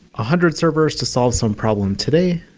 a hundred servers to solve some problem today,